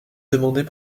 demandés